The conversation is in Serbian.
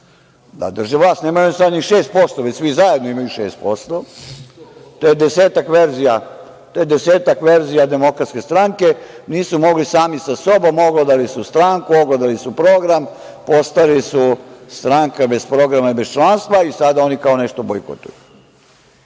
da drže vlast. Nemaju sad ni 6%, već svi zajedno imaju 6%, to je desetak verzija DS, nisu mogli sami sa sobom, oglodali su stranku, oglodali su program, postali su stranka bez programa i bez članstva i sad oni kao nešto bojkotuju. Dakle,